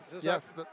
Yes